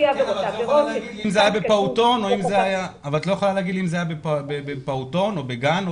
אבל את לא יכולה לומר לי אם זה היה בפעוטון או בגן.